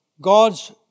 God's